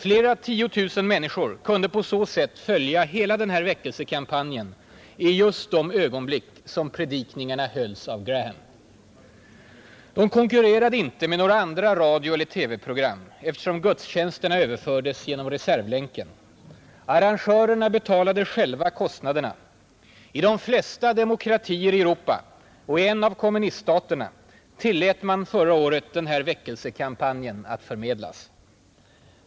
Flera tiotusen människor kunde på så sätt följa hela den här väckelsekampanjen i just de ögonblick som predikningarna hölls av Graham. Gudstjänsterna konkurrerade inte med några andra radioeller TV-program, eftersom de överfördes genom reservlänken. Arrangörerna betalade själva kostnaderna. I de flesta demokratier i Europa — och i en av kommuniststaterna — tillät man förra året den här väckelsekampanjen att förmedlas.